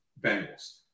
Bengals